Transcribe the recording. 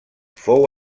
fou